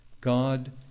God